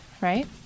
right